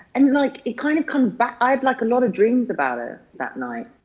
and, like, it kind of comes back i had, like, a lot of dreams about it that night.